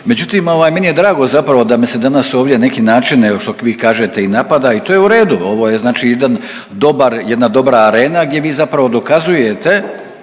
Međutim ovaj meni je drago zapravo da me se danas ovdje na neki način evo što vi kažete i napada i to je u redu, ovo je znači jedan dobar, jedna dobra arena gdje vi zapravo dokazujete,